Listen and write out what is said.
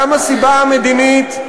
גם הסיבה המדינית,